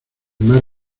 mar